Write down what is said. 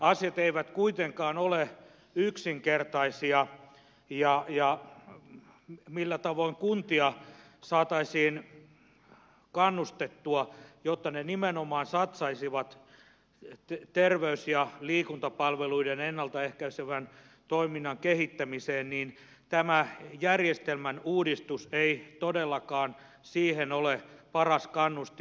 asiat eivät kuitenkaan ole yksinkertaisia ja mitä tulee siihen millä tavoin kuntia saataisiin kannustettua jotta ne nimenomaan satsaisivat terveys ja liikuntapalveluiden ennalta ehkäisevän toiminnan kehittämiseen niin tämä järjestelmän uudistus ei todellakaan siihen ole paras kannustin